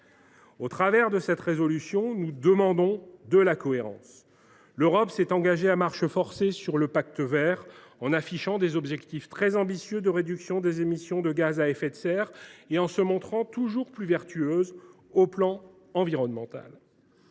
Au travers de cette résolution, nous demandons de la cohérence. L’Union européenne s’est engagée à marche forcée sur le chemin du Pacte vert pour l’Europe, en affichant des objectifs très ambitieux de réduction des émissions de gaz à effet de serre et en se montrant toujours plus vertueuse en matière environnementale.